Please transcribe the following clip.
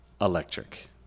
electric